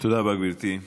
תודה רבה, גברתי.